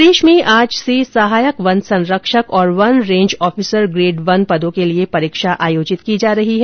प्रदेश में आज से सहायक वन संरक्षक और वन रेन्ज ऑफिसर ग्रेड वन पदों के लिए परीक्षा आयोजित की जा रही है